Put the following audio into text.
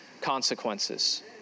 consequences